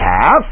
half